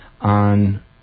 on